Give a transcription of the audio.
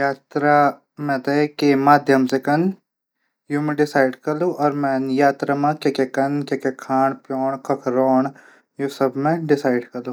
यात्रा मिन कै माध्यम से कन यू मी डिसाडिड कन यात्रा मा किकि कन कि की खांण कख रौण सब मै डिसाडिड कलू।